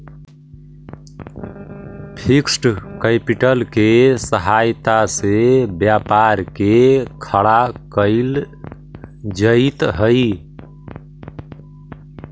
fixed capital के सहायता से व्यापार के खड़ा कईल जइत हई